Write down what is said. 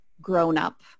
grown-up